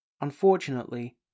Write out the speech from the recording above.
Unfortunately